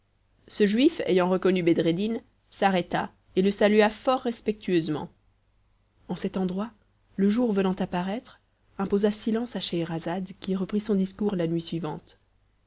ce juif ayant reconnu bedreddin s'arrêta et le salua fort respectueusement en cet endroit le jour venant à paraître imposa silence à scheherazade qui reprit son discours la nuit suivante